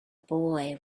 boy